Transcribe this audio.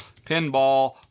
Pinball